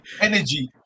energy